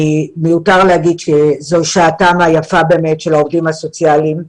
מיותר לומר שזוהי שעתם היפה של העובדים הסוציאליים.